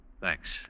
Thanks